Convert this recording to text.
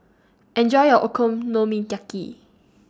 Enjoy your Okonomiyaki